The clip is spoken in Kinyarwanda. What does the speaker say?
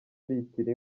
litiro